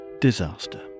disaster